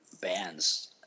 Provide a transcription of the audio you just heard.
bands